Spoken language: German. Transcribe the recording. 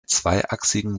zweiachsigen